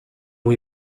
ont